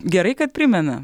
gerai kad primena